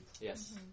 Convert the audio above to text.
Yes